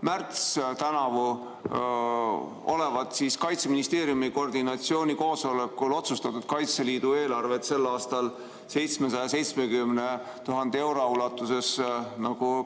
märtsil olevat Kaitseministeeriumi koordinatsioonikoosolekul otsustatud Kaitseliidu eelarvet sel aastal 770 000 euro ulatuses